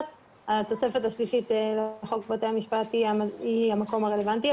התוספת השלישית לחוק בתי המשפט היא המקום הרלוונטי,